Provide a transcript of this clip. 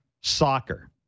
Soccer